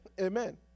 Amen